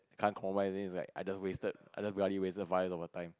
can't compromise then it's like I just wasted I just bloody wasted five years of her time